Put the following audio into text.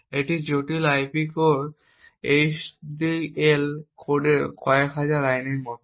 একটি জটিল IP core HDL কোডের কয়েক হাজার লাইনের মতো